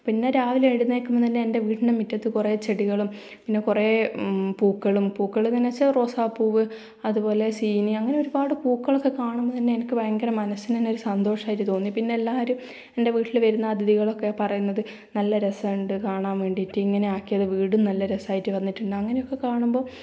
പിന്നെ രാവിലെ എഴുന്നേൽക്കുമ്പം തന്നെ എൻ്റെ വീടിൻ്റെ മുറ്റത്ത് കുറേ ചെടികളും പിന്നെ കുറേ പൂക്കളും പൂക്കളെന്ന് വെച്ചാൽ റോസാപ്പൂവ് അതുപോലെ സീനിയ അങ്ങനെ ഒരുപാട് പൂക്കളൊക്കെ കാണുമ്പോൾ തന്നെ എനിക്ക് ഭയങ്കര മനസ്സിനു തന്നെ ഒരു സന്തോഷമായിട്ട് തോന്നി പിന്നെയെല്ലാവരും എൻ്റെ വീട്ടിൽ വരുന്ന അഥിതികളൊക്കെ പറയുന്നത് നല്ല രസമുണ്ട് കാണാൻ വേണ്ടിയിട്ട് ഇങ്ങനെ ആക്കിയത് വീടും നല്ല രസമായിട്ട് വന്നിട്ടുണ്ട് അങ്ങനെയൊക്കെ കാണുമ്പോൾ